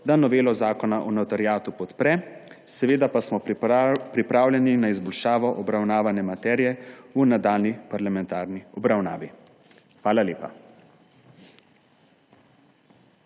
da novelo Zakona o notariatu podpre. Seveda pa smo pripravljeni na izboljšavo obravnavane materije v nadaljnji parlamentarni obravnavi. Hvala lepa.